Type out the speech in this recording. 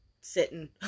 sitting